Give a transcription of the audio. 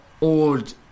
old